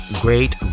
great